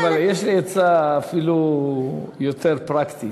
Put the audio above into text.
אבל יש לי עצה אפילו יותר פרקטית.